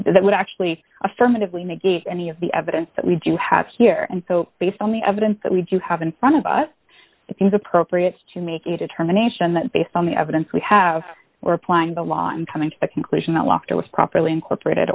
that would actually affirmatively negate any of the evidence that we do have here and so based on the evidence that we do have in front of us it seems appropriate to make a determination that based on the evidence we have or applying the law in coming to a conclusion that walker was properly incorporated